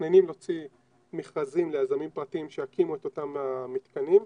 מתכננים להוציא מכרזים ליזמים פרטיים שיקימו את אותם המתקנים.